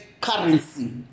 currency